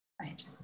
Right